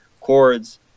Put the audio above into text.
chords